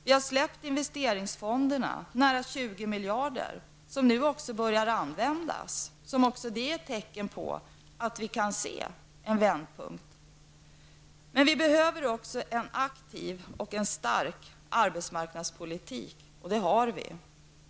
Vi har släppt investeringsfonderna -- nära 20 miljarder -- som nu också börjar användas. Det är också det ett tecken på att vi kan se en vändpunkt. Men vi behöver också en aktiv och stark arbetsmarknadspolitik -- och det har vi.